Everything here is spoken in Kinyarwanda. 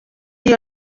ayo